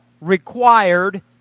required